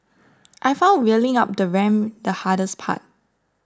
I found wheeling up the ramp the hardest part